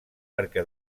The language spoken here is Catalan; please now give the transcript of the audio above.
perquè